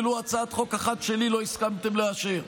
ולו הצעת חוק אחת שלי לא הסכמתם לאשר,